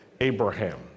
Abraham